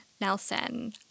Nelson